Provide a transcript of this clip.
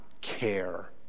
care